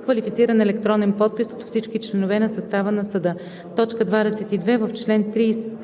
квалифициран електронен подпис от всички членове на състава на съда.“ 22. В чл. 311